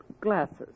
glasses